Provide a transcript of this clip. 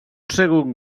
segon